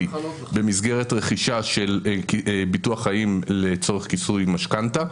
במסגרת רכישה של ביטוח חיים לצורך כיסוי משכנתה.